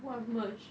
what mercy